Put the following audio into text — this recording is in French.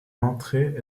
l’entrée